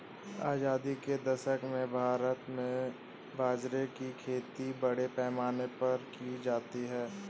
आजादी के दशक में भारत में बाजरे की खेती बड़े पैमाने पर की जाती थी